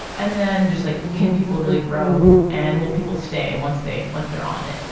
and then just like can people really grow and will people stay once they once they're on it.